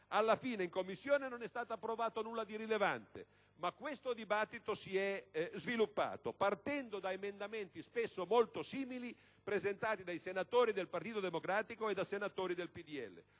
Alla fine, in Commissione, non è stato approvato nulla di effettivamente rilevante. Ma si è sviluppato - partendo da emendamenti spesso molto simili presentati da senatori del Partito Democratico e da senatori del PdL